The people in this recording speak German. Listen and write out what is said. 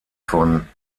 von